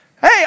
hey